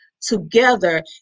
together